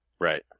Right